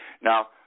Now